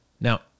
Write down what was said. Now